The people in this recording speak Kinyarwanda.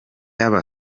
aba